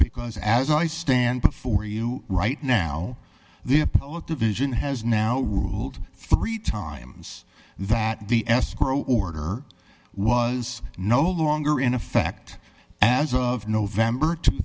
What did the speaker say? because as i stand before you right now this division has now ruled three times that the escrow order was no longer in effect as of november two